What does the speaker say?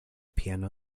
piano